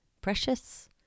precious